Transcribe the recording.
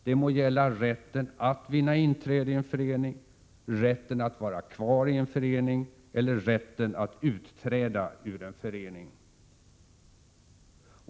Det må gälla rätten att vinna inträde i en förening, rätten att vara kvar i en förening eller rätten att utträda ur en förening.